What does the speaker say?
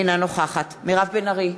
אינה נוכחת מירב בן ארי,